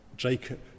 Jacob